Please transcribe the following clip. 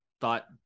thought